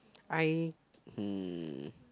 I hmm